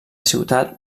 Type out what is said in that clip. ciutat